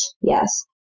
yes